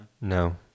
No